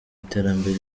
iterambere